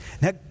Now